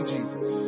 Jesus